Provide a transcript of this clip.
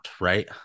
right